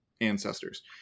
ancestors